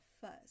first